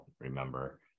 remember